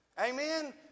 Amen